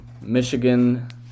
Michigan